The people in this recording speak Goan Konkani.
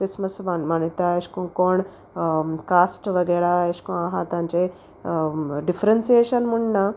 क्रिसमस मान मानोयता एशकोन्न कोण कास्ट वगेरा एशकोन आहा तांचे डिफरंसिएशन म्हूण ना